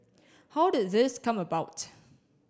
how did this come about